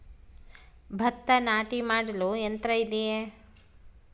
ಭತ್ತ ನಾಟಿ ಮಾಡಲು ಯಂತ್ರ ಇದೆಯೇ?